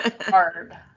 hard